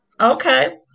Okay